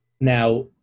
Now